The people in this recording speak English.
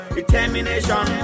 Determination